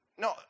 No